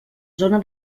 zona